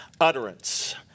utterance